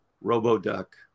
robo-duck